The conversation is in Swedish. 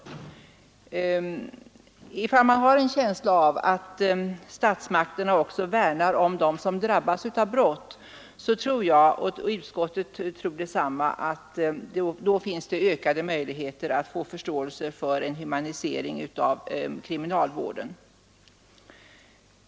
Ifall man har en känsla av att om statsmakterna också värnar om dem som drabbas av brott bör det finns ökade möjligheter att få förståelse för en humanisering av kriminalvården.